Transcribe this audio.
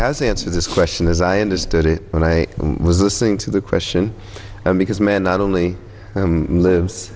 as answered this question as i understood it when i was listening to the question because man not only lives